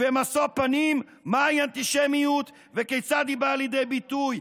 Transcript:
ומשוא פנים מהי אנטישמיות וכיצד היא באה לידי ביטוי,